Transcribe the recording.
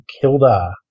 Kilda